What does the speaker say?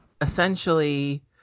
essentially